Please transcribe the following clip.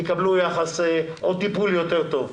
יקבלו טפול יותר טוב.